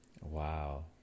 Wow